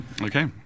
Okay